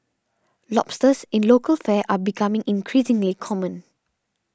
lobsters in local fare are becoming increasingly common